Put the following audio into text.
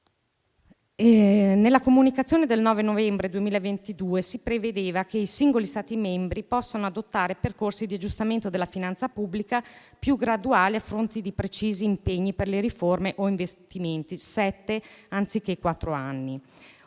Nella comunicazione del 9 novembre 2022 si prevedeva che i singoli Stati membri potessero adottare percorsi di aggiustamento della finanza pubblica più graduali, a fronte di precisi impegni per le riforme o investimenti (sette anni